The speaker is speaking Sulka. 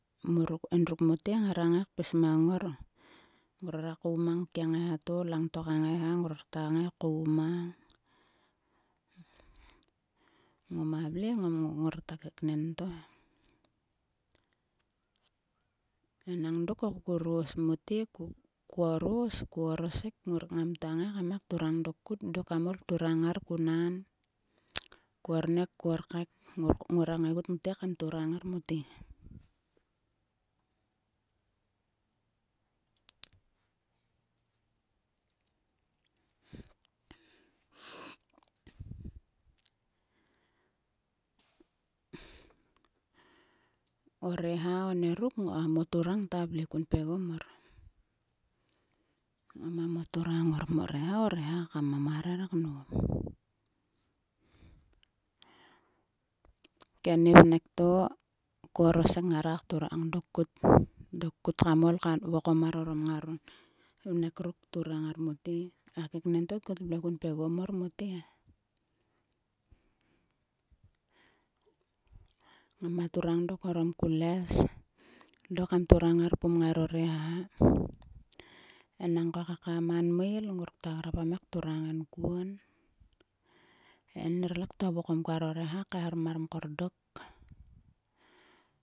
Endruk mote ngara ngai kpis mang ngor. Ngrora koum mang ke ngaiha to. Langto ka ngaiha ngrora ngai koum mang. Ngoma vle ngorta keknen to he. Enang dok. ko ros mote. Ko ros. ko oresek ngam ktua ngai kam turang dok kut. Dok kam ol turang ngar. ko nan. Ko ornek ko okaik. Ngora ngaigut ngte kam turang ngar mote. O reha onieruk. a moturang ta vle kun pegom mor. Ngoma moturang ngor pum o reha. o reha kam marer knop. Keni vnek to ko orosek ngare kturang dok kut. Dok kam kut kam ol kvokom mar orom ngaro ni vnek ruk. Turang ngar mote. A keknen to tkut vle kun pgegom mor mote he. Ngama turang dok orom kules. Dok kam turang ngar pum ngaro reha. Enangko e kaka to man meil. ngor ktua grap kam ngai kturang en kuon. En nerle ktua kvokom kuaro reha kaeharom mar mkor dok.